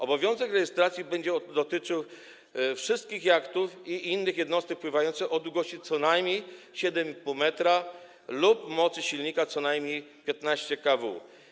Obowiązek rejestracji będzie dotyczył wszystkich jachtów i innych jednostek pływających o długości co najmniej 7,5 m lub o mocy silnika co najmniej 15 kW.